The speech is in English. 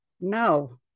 No